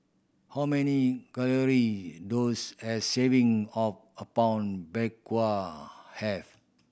how many calorie does a serving of Apom Berkuah have